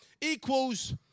equals